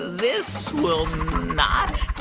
this will not